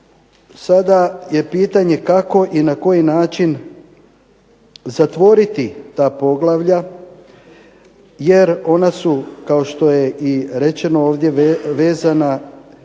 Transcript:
sada je pitanje kako i na koji način zatvoriti ta poglavlja jer ona su, kao što je i rečeno ovdje, vezana i za